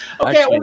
Okay